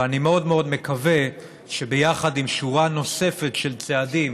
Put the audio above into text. ואני מאוד מאוד מקווה שביחד עם שורה נוספת של צעדים,